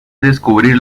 descubrir